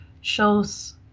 shows